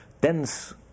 dense